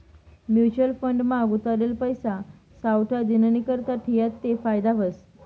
mutual fund मा गुताडेल पैसा सावठा दिननीकरता ठियात ते फायदा व्हस